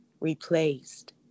replaced